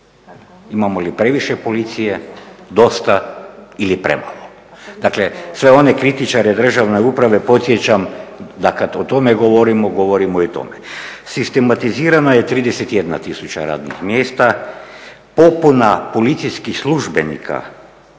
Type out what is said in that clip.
Imamo li previše policije? Dosta ili premalo? Dakle, sve one kritičare državne uprave podsjećam da kad o tome govorimo, govorimo i o tome. Sistematizirana je 31 000 radnih mjesta. Popuna policijskih službenika